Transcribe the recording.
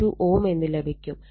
52 Ω എന്ന് ലഭിക്കും